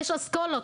יש אסכולות.